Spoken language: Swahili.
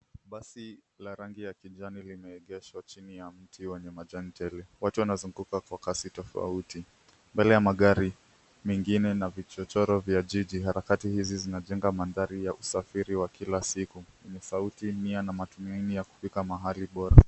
Basi la rangi ya kijani limeegeshwa chini ya mti wenye majani tele. Watu wanazunguka kwa kasi tofauti mbele ya magari mengine na vichochoro vya jiji. Harakati hizi zinajenga mandhari ya usafiri wa kila siku yenye sauti, nia na matumaini ya kufika mahali bora.